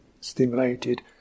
stimulated